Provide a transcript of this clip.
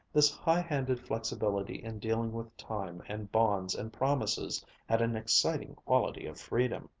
this high-handed flexibility in dealing with time and bonds and promises had an exciting quality of freedom.